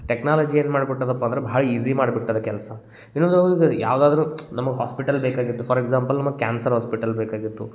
technology ಏನು ಮಾಡ್ಬಿಟ್ಟದ್ಯಪ್ಪ ಅಂದ್ರೆ ಭಾಳ ಈಜಿ ಮಾಡ್ಬಿಟ್ಟದೆ ಕೆಲಸ ಈಗ ಯಾವುದಾದ್ರೂ ನಮಗೆ ಹಾಸ್ಪಿಟಲ್ ಬೇಕಾಗಿತ್ತು ಫಾರ್ ಎಕ್ಸಾಂಪಲ್ ನಮಗೆ ಕ್ಯಾನ್ಸರ್ ಹಾಸ್ಪಿಟಲ್ ಬೇಕಾಗಿತ್ತು